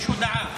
יש הודעה.